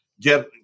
get